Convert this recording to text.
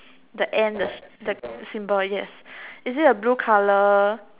the and the the symbol yes is it a blue colour